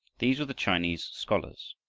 these were the chinese scholars.